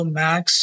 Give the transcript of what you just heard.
max